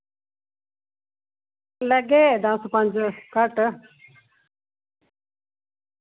लैगे दस पंज घट